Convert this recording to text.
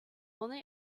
only